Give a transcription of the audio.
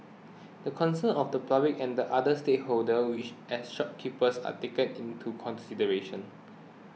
the concerns of the public and the other stakeholders which as shopkeepers are taken into consideration